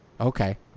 Okay